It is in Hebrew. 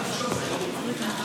תודה רבה.